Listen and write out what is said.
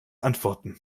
antworten